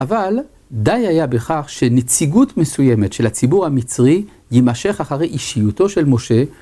אבל די היה בכך שנציגות מסוימת של הציבור המצרי יימשך אחרי אישיותו של משה.